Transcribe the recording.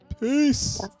Peace